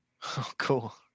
Cool